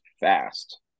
fast